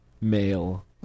male